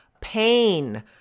pain